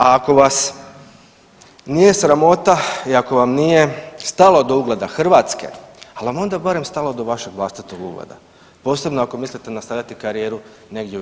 A ako vas nije sramota i ako vam nije stalo do ugleda Hrvatske, pa je li vam onda barem stalo do vašeg vlastitog ugleda, posebno ako mislite nastavljati karijeru negdje u EU?